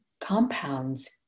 compounds